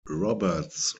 roberts